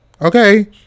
Okay